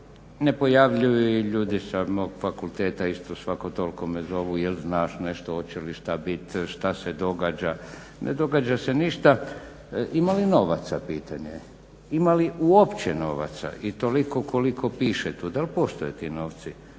ne pojavljuju i ljudi sa mog fakulteta isto svako toliko me zovu jel' znaš nešto, hoće li što biti, što se događa? Ne događa se ništa. Ima li novaca pitanje je, ima li uopće novaca i toliko koliko piše tu, dal' postoje ti novci